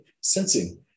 sensing